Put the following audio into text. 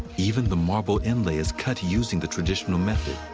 even the marble inlay is cut using the traditional method.